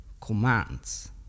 commands